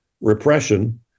repression